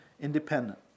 independent